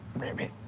ribbit,